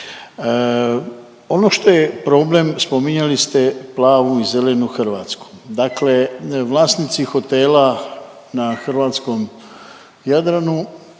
Ono što je problem spominjali ste plavu i zelenu Hrvatsku. Dakle, vlasnici hotela na hrvatskom Jadranu